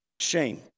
shame